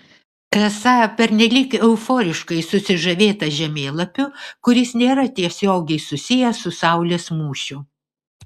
esą pernelyg euforiškai susižavėta žemėlapiu kuris nėra tiesiogiai susijęs su saulės mūšiu